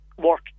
work